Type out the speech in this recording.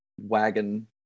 wagon